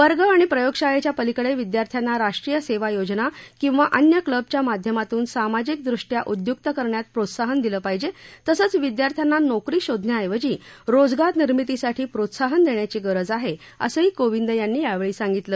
वर्ग आणि प्रयोगशाळेच्या पलीकडे विद्यार्थ्यांना राष्ट्रीय सेवा योजना किंवा अन्य क्लबच्या माध्यमातून सामाजिक दृष्ट्या उद्युक्त करण्यास प्रोत्साहन केलं पाहिजे तसंच विद्यार्थ्यांना नोकरी शोधण्याऐवजी रोजगारनिर्मितीसाठी प्रोत्साहन देण्याची गरज आहे असंही कोविंद यांनी यावेळी सांगितलं